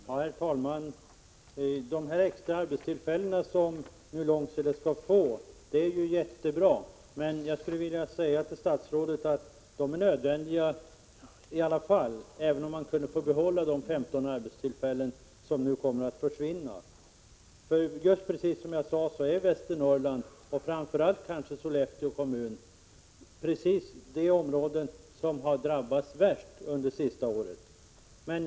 Herr talman! Det är mycket bra att Långsele skall få de nämnda extra arbetstillfällena. Men jag skulle vilja säga till statsrådet att de är nödvändiga under alla förhållanden — även om man skulle få behålla de 15 arbetstillfällen som nu kommer att försvinna. Precis som jag sade tidigare är Västernorrland, och kanske framför allt Sollefteå kommun, det område som har drabbats värst under de senaste åren.